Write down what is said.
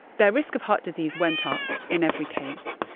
their risk of heart disease went up in every case,